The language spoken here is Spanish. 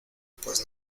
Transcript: pues